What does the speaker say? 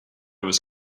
was